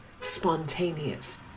spontaneous